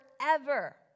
Forever